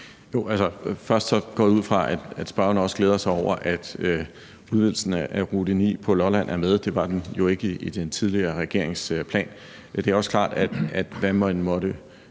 Altså, jeg går ud fra, at spørgeren også glæder sig over, at udvidelsen af rute 9 på Lolland er med. Det var den jo ikke i den tidligere regerings plan. Det er også klart, at hvad man måtte